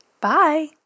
Bye